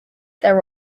there